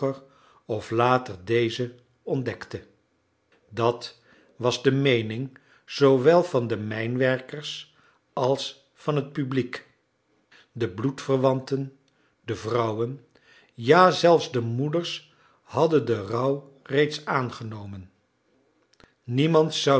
of later dezen ontdekte dat was de meening zoowel van de mijnwerkers als van het publiek de bloedverwanten de vrouwen ja zelfs de moeders hadden den rouw reeds aangenomen niemand zou